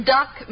Duck